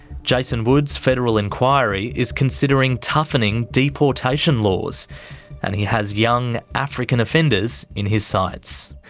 jason wood's federal inquiry is considering toughening deportation laws and he has young african offenders in his sights.